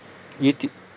YouTube